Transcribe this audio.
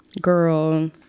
Girl